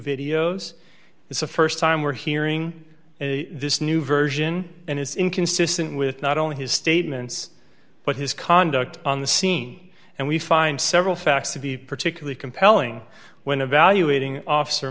videos it's the st time we're hearing this new version and it's inconsistent with not only his statements but his conduct on the scene and we find several facts to be particularly compelling when evaluating officer